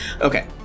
Okay